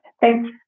Thanks